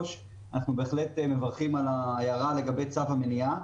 אנחנו בהחלט מברכים על ההערה לגבי צו המניעה,